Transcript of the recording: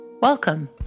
Welcome